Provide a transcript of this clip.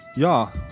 Ja